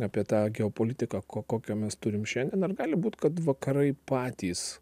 apie tą geopolitiką ko kokio mes turim šiandien ar gali būt kad vakarai patys